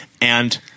and-